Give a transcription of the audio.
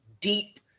deep